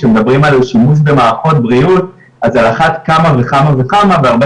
כשמדברים על שימוש במערכות בריאות אז על אחת כמה וכמה וכמה והרבה